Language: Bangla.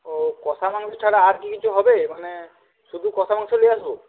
ও কষা মাংস ছাড়া আর কি কিছু হবে মানে শুধু কষা মাংস নিয়ে আসব